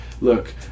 look